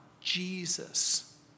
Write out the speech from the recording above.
Jesus